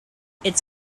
its